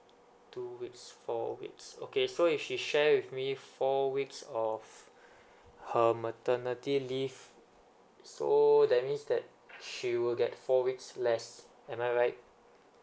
two weeks four weeks okay so if she share with me four weeks of her maternity leave so that means that she will get four weeks less am I right